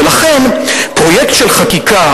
ולכן פרויקט של חקיקה,